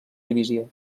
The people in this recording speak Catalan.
divisió